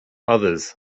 others